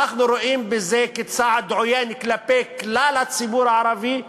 אנחנו רואים בזה צעד עוין כלפי כלל הציבור הערבי,